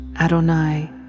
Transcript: Adonai